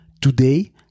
Today